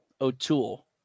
o'toole